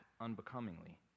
unbecomingly